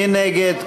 מי נגד?